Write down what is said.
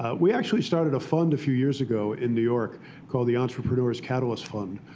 ah we actually started a fund a few years ago in new york called the entrepreneurs catalyst fund,